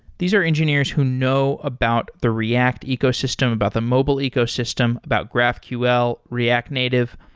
these are engineers who know about the react ecosystem, about the mobile ecosystem, about graphql, react native.